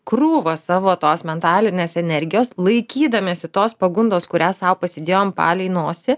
krūvą savo tos mentalinės energijos laikydamiesi tos pagundos kurią sau pasidėjom palei nosį